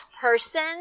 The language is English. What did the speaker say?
person